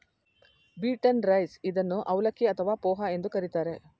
beaten rice ಇದನ್ನು ಅವಲಕ್ಕಿ ಅಥವಾ ಪೋಹ ಎಂದು ಕರಿತಾರೆ